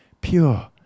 pure